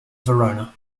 verona